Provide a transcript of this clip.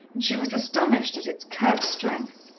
and she was astonished at its curt strength.